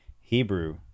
Hebrew